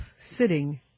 sitting